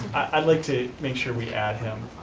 i'd like to make sure we add him.